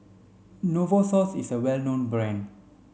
Novosource is a well known brand